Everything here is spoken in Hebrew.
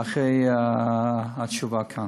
אחרי התשובה כאן.